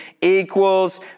equals